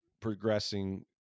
progressing